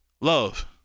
love